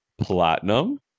Platinum